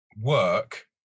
work